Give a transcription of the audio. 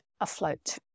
afloat